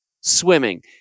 swimming